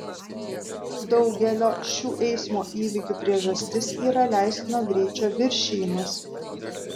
daugelio šių eismo įvykių priežastis yra leistino greičio viršijimas